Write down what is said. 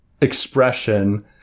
expression